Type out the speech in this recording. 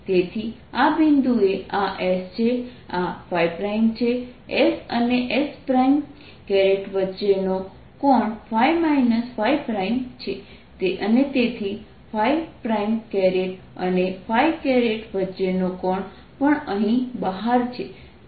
તેથી આ બિંદુએ આ s છે આ છે s અને s વચ્ચેનો કોણ છે અને તેથી અને વચ્ચેનો કોણ પણ અહીં બહાર છે